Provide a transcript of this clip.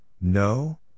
no